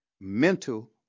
mental